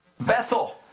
Bethel